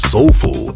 Soulful